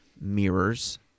mirrors